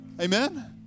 Amen